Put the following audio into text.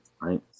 right